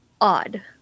odd